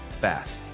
fast